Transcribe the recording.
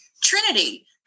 Trinity